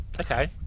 okay